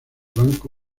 banco